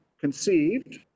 conceived